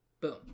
Boom